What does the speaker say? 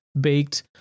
baked